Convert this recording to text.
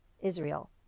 Israel